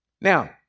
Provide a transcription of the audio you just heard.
Now